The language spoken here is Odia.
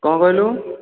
କ'ଣ କହିଲୁ